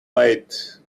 late